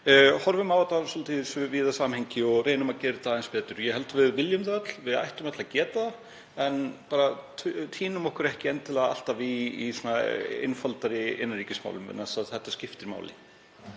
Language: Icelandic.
horfum á þetta svolítið í víðu samhengi og reynum að gera aðeins betur. Ég held við viljum það öll. Við ættum öll að geta það en týnum okkur ekki endilega alltaf í einfaldari innanríkismálum vegna þess að þetta skiptir máli.